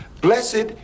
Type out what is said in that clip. Blessed